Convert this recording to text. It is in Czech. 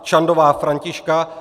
Čandová Františka